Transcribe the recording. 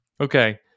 Okay